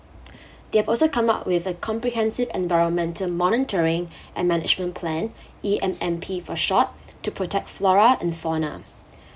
they have also come up with a comprehensive environmental monitoring and management plan E_M_M_P for short to protect flora and fauna